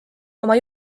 oma